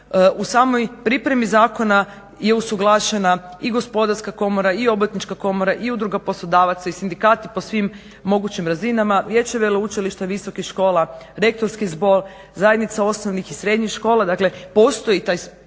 U samoj pripremi zakona je usuglašena i Gospodarska komora i Obrtnička komora i Udruga poslodavaca i sindikati po svim mogućim razinama, Vijeće veleučilišta i visokih škola, Rektorski zbor, Zajednica osnovnih i srednjih škola. Dakle postoji taj vrlo